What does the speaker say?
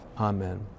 Amen